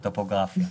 הטופוגרפיה.